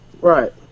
Right